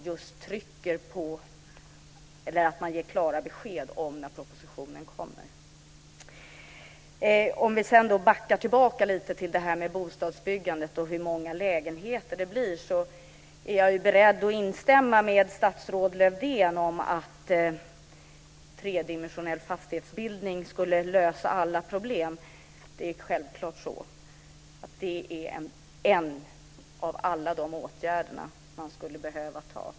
Därför är det viktigt att man ger klara besked om när propositionen kommer. Om jag backar tillbaka till detta med bostadsbyggandet och antalet nya lägenheter är jag beredd att instämma med statsrådet Lövdén om att tredimensionell fastighetsbildning inte skulle lösa alla problem. Det är självklart att det är en av alla de åtgärder som skulle behöva vidtas.